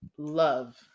love